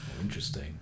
Interesting